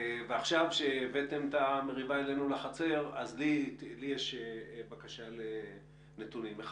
ועכשיו כשהבאתם את המריבה אלינו לחצר אז לי יש בקשה לנתונים.